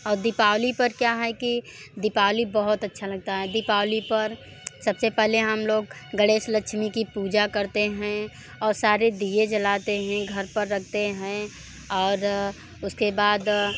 और दीपावली पर क्या है कि दीपावली बहुत अच्छा लगता है दीपावली पर सबसे पहले हम लोग गणेश लक्षमी की पूजा करते हैं और सारे दिए जलाते हैं घर पर रखते हैं और उसके बाद